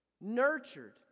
Nurtured